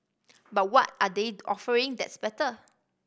but what are they offering that's better